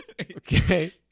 Okay